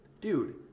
Dude